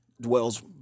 dwells